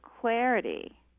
clarity